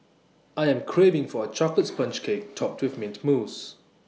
I am craving for A Chocolate Sponge Cake Topped with Mint Mousse